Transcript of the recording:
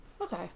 Okay